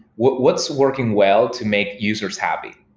what's working well to make users happy?